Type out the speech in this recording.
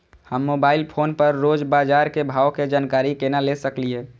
हम mobile phone पर रोज बाजार के भाव के जानकारी केना ले सकलिये?